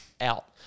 out